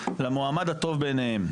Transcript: למועמד הטוב בעיניהם.